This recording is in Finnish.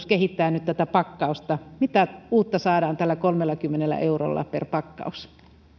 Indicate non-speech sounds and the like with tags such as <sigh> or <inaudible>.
<unintelligible> kehittää nyt tätä pakkausta mitä uutta saadaan tällä kolmellakymmenellä eurolla per pakkaus